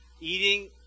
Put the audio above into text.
Eating